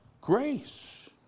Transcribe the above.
grace